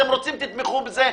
אתם רוצים תתמכו בזה.